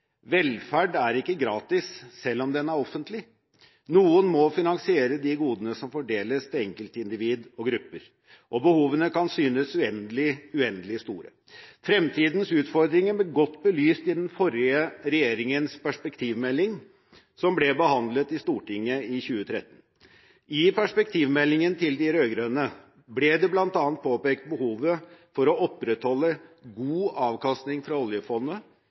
Velferd er ikke gratis, selv om den er offentlig. Noen må finansiere de godene som fordeles til enkeltindivider og grupper, og behovene kan synes uendelig store. Fremtidens utfordringer ble godt belyst i den forrige regjeringens perspektivmelding, som ble behandlet i Stortinget i 2013. I perspektivmeldingen til de rød-grønne ble det bl.a. påpekt behovet for å opprettholde god avkastning fra oljefondet,